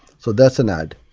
so that's an ad.